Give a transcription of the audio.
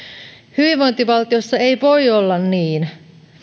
hyvinvointivaltiossa ei voi olla niin